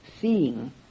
seeing